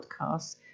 podcasts